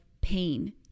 pain